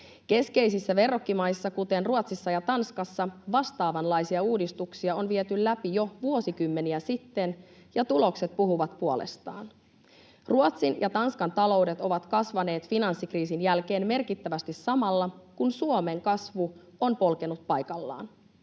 Keskeisissä verrokkimaissa, kuten Ruotsissa ja Tanskassa, vastaavanlaisia uudistuksia on viety läpi jo vuosikymmeniä sitten, ja tulokset puhuvat puolestaan. Ruotsin ja Tanskan taloudet ovat kasvaneet finanssikriisin jälkeen merkittävästi samalla, kun Suomen kasvu on polkenut paikallaan.